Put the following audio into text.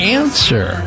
answer